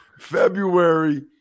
February